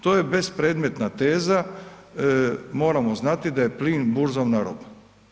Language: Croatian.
To je bespredmetna teza, moramo znati da je plin burzovna roba.